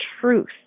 truth